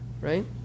Right